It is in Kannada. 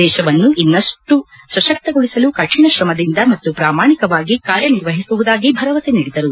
ದೇಶವನ್ನು ಇನ್ನಷ್ಟು ಸಶಕ್ತಗೊಳಿಸಲು ಕಠಿಣ ಕ್ರಮದಿಂದ ಮತ್ತು ಪ್ರಮಾಣಿಕವಾಗಿ ಕಾರ್ಯನಿರ್ವಹಿಸುವುದಾಗಿ ಭರವಸೆ ನೀಡಿದರು